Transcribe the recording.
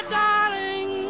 darling